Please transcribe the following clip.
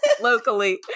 locally